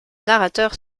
narrateur